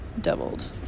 doubled